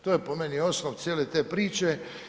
To je po meni osnov cijele te priče.